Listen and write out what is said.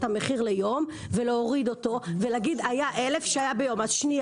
המחיר ליום ולהוריד אותו ולהגיד היה 1,000 --- דליה,